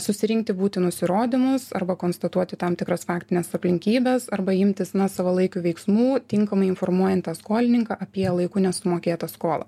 susirinkti būtinus įrodymus arba konstatuoti tam tikras faktines aplinkybes arba imtis savalaikių veiksmų tinkamai informuojant tą skolininką apie laiku nesumokėtą skolą